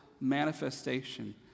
manifestation